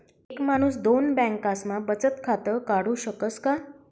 एक माणूस दोन बँकास्मा बचत खातं काढु शकस का?